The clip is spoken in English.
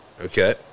okay